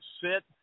sit